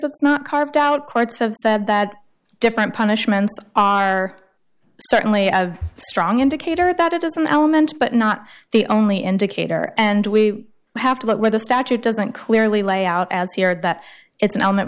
it's not carved out courts have said that different punishments are certainly a strong indicator that it does an element but not the only indicator and we have to look where the statute doesn't clearly lay out as here that it's an element